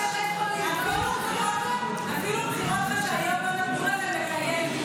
בחירות חשאיות לא נתנו לכם לקיים.